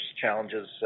challenges